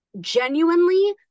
genuinely